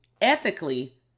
ethically